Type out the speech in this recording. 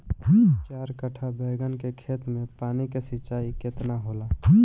चार कट्ठा बैंगन के खेत में पानी के सिंचाई केतना होला?